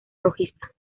rojiza